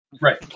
Right